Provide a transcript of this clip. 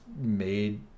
made